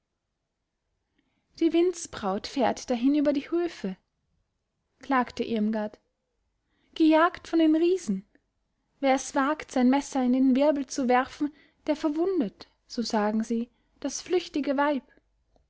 die windsbraut fährt dahin über die höfe klagte irmgard gejagt von den riesen wer es wagt sein messer in den wirbel zu werfen der verwundet so sagen sie das flüchtige weib